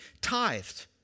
tithed